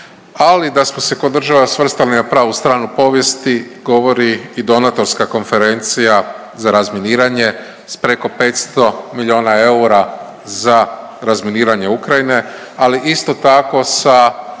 Ali da smo se kao država svrstali na pravu stranu povijesti govori i donatorska konferencija za razminiranje s preko 500 milijuna eura za razminiranje Ukrajine ali isto tako sa